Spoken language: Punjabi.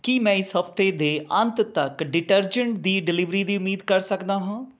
ਕੀ ਮੈਂ ਇਸ ਹਫਤੇ ਦੇ ਅੰਤ ਤੱਕ ਡਿਟਰਜੈਂਟ ਦੀ ਡਿਲੀਵਰੀ ਦੀ ਉਮੀਦ ਕਰ ਸਕਦਾ ਹਾਂ